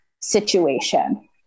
situation